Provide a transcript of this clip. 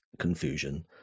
confusion